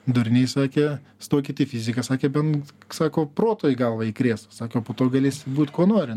durniai sakė stokit į fiziką sakė bent sako proto į galvą įkrės sako po to galėsit būt kuo nori